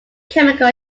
chemical